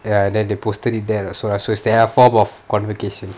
ya and then they posted it there lah so it's their form of convocation